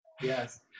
Yes